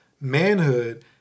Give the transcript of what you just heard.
manhood